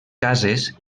cases